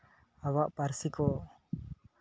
ᱟᱵᱚᱣᱟᱜ ᱯᱟᱹᱨᱥᱤ ᱠᱚ